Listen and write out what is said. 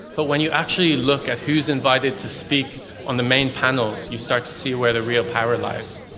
but when you actually look at who's invited to speak on the main panels, you start to see where the real power lies.